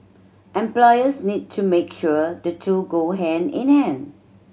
employers need to make sure the two go hand in hand